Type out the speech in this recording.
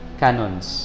canons